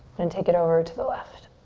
then take it over to the left.